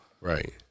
right